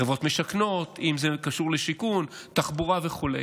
חברות משכנות אם זה קשור לשיכון, תחבורה וכו'.